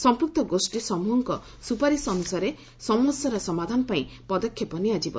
ସମ୍ପକ୍ତ ଗୋଷ୍ଠୀ ସମ୍ବହଙ୍କ ସ୍ରପାରିସ୍ ଅନ୍ରସାରେ ସମସ୍ୟାର ସମାଧାନ ପାଇଁ ପଦକ୍ଷେପ ନିଆଯିବ